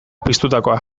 piztutakoa